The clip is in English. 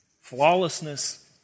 Flawlessness